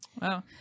Wow